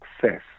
success